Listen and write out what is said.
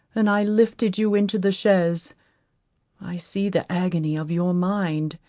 and i lifted you into the chaise i see the agony of your mind,